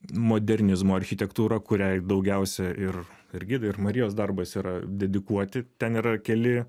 modernizmo architektūrą kuriai daugiausia ir gidai ir marijos darbas yra dedikuoti ten yra keli